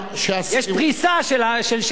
יש פריסה של שש שנים.